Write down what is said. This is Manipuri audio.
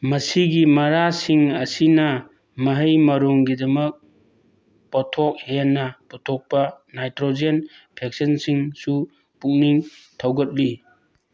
ꯃꯁꯤꯒꯤ ꯃꯔꯥꯁꯤꯡ ꯑꯁꯤꯅ ꯃꯍꯩ ꯃꯔꯣꯡꯒꯤꯗꯃꯛ ꯄꯣꯠꯊꯣꯛ ꯍꯦꯟꯅ ꯄꯨꯊꯣꯛꯄ ꯅꯥꯏꯇ꯭ꯔꯣꯖꯦꯟ ꯐꯤꯛꯁꯟꯁꯤꯡꯁꯨ ꯄꯨꯛꯅꯤꯡ ꯊꯧꯒꯠꯂꯤ